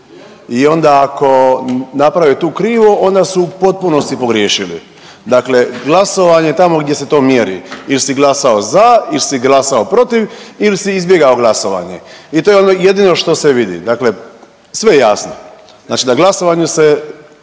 i onda ako naprave tu krivo onda su u potpunosti pogriješili. Dakle, glasovanje je tamo gdje se to mjeri il si glasao za il si glasao protiv ili si izbjegao glasovanje i to je ono jedino što se vidi. Dakle, sve je jasno. Znači na glasovanju se